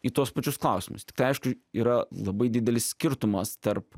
į tuos pačius klausimus tiktai aišku yra labai didelis skirtumas tarp